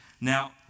Now